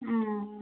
अँ